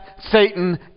Satan